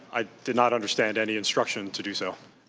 i did not understand any instruction to do so.